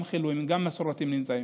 גם חילונים וגם מסורתיים.